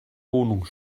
wohnung